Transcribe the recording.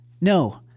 No